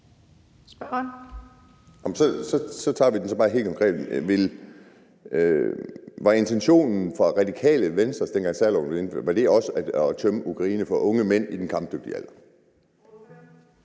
Andersen (DD): Så tager vi den bare helt konkret: Var intentionen fra Radikale Venstre, dengang særloven blev indført, også at tømme Ukraine for unge mænd i den kampdygtige alder? Kl. 11:16